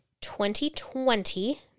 2020